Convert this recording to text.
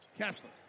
Kessler